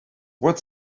what